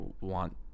want